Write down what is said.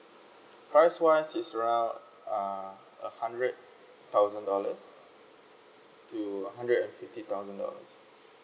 price wise is around uh a hundred thousand dollars to hundred and fifty thousand dollars